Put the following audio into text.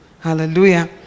Hallelujah